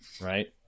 right